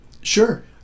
Sure